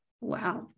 wow